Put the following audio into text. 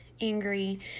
angry